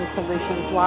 Solutions